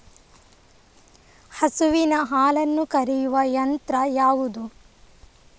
ಹಸುವಿನ ಹಾಲನ್ನು ಕರೆಯುವ ಯಂತ್ರ ಯಾವುದು?